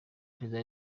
perezida